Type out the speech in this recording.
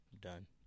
done